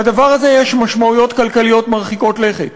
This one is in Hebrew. לדבר הזה יש משמעויות כלכליות מרחיקות לכת.